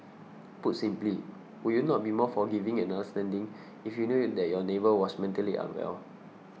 put simply would you not be more forgiving and understanding if you knew it that your neighbour was mentally unwell